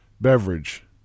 beverage